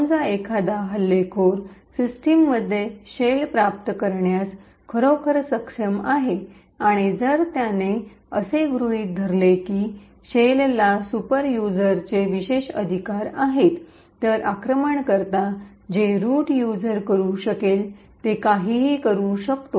समजा एखादा अटैकर सिस्टममध्ये शेल प्राप्त करण्यास खरोखर सक्षम आहे आणि जर त्याने असे गृहित धरले की शेलला सुपर युजरचे विशेषाधिकार आहेत तर अटैकर जे रुट युजर करू शकेल ते काहीही करू शकतो